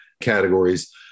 categories